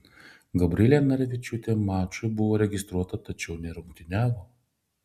gabrielė narvičiūtė mačui buvo registruota tačiau nerungtyniavo